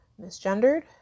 misgendered